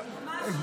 ממש לא.